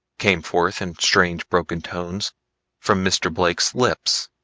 came forth in strange broken tones from mr. blake's lips.